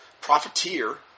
profiteer